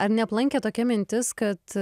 ar neaplankė tokia mintis kad